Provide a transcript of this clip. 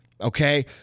okay